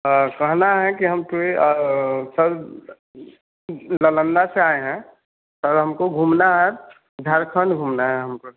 हाँ कहना है कि हम तो सर नालंदा से आए हैं सर हमको घूमना है झारखंड घूमना है हमको सर